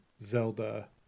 Zelda